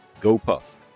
GoPuff